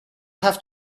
have